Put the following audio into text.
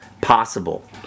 possible